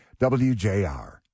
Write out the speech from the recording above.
WJR